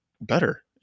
better